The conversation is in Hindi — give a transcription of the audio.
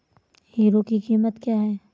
हीरो की कीमत क्या है?